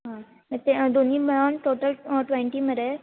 आं मागीर दोनी मेळोन टोटल ट्वेंटी मरे